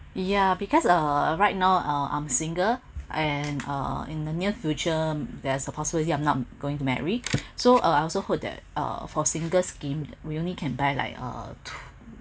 yeah because uh right now uh I'm single and uh in the near future there's a possibility I'm not going to marry so uh I also heard that uh for single scheme we only can buy like uh two